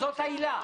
זאת העילה.